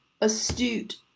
astute